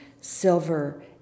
silver